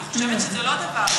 אני חושבת שזה לא דבר,